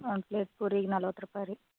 ಒಂದು ಪ್ಲೇಟ್ ಪೂರಿಗೆ ನಲ್ವತ್ತು ರೂಪಾಯಿ ರೀ